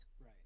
Right